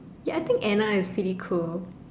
ya I think Anna is pretty cool